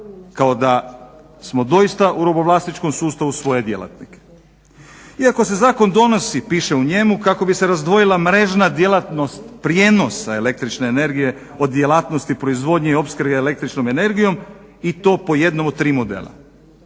kao da smo doista u robovlasničkom sustavu svoje djelatnike. Iako se zakon donosi, piše u njemu, kako bi se razdvojila mrežna djelatnost prijenosa električne energije od djelatnosti proizvodnje i opskrbe električnom energijom i to po jednom od tri modela.